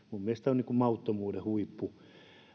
mielestäni on mauttomuuden huippu